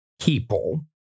people